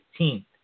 15th